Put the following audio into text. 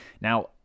Now